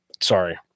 sorry